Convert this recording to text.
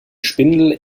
spindel